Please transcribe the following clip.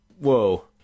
Whoa